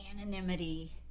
anonymity